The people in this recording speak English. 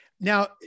Now